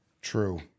True